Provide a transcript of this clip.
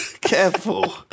Careful